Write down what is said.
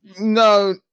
No